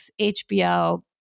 HBO